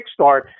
kickstart